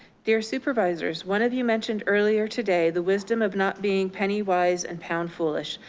dear supervisors, one of you mentioned earlier today the wisdom of not being penny wise and pound foolish.